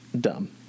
dumb